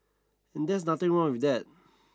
and that's nothing wrong with that